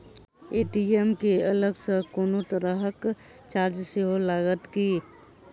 ATM केँ अलग सँ कोनो तरहक चार्ज सेहो लागत की?